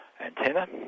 antenna